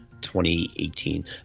2018